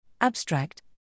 Abstract